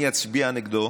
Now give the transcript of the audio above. אני אצביע נגדו,